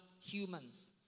humans